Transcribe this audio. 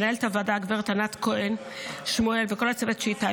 מנהלת הועדה גב' ענת כהן שמואל וכל הצוות שאיתה,